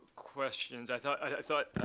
questions. i thought